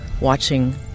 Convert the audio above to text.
watching